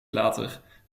later